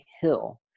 hill